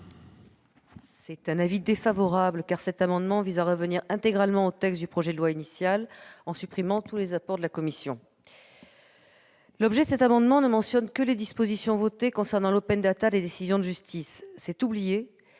est défavorable, car cet amendement vise à revenir intégralement au texte du projet de loi initial en supprimant tous les apports de la commission. L'objet de l'amendement ne mentionne que les dispositions votées concernant des décisions de justice. C'est oublier